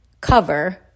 cover